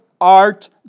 art